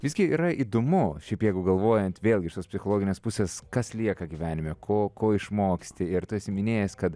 visgi yra įdomu šiaip jeigu galvojant vėlgi iš tos psichologinės pusės kas lieka gyvenime ko ko išmoksti ir tu esi minėjęs kad